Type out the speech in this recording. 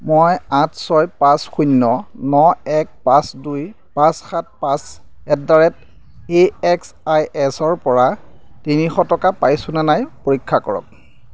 মই আঠ ছয় পাঁচ শূন্য ন এক পাঁচ দুই পাঁচ সাত পাঁচ এটদ্যাৰেট এ এক্স আই এছৰপৰা তিনিশ টকা পাইছোনে নাই পৰীক্ষা কৰক